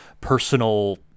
personal